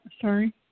Sorry